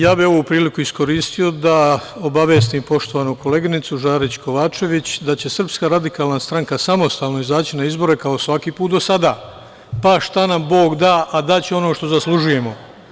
Ja bih ovu priliku iskoristio da obavestim poštovanu koleginicu Žarić Kovačević, da će SRS samostalno izaći na izbore kao i svaki put do sada, pa šta nam Bog da, a daće nam ono što zaslužujemo.